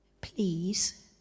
Please